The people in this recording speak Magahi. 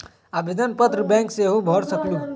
आवेदन पत्र बैंक सेहु भर सकलु ह?